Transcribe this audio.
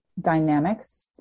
dynamics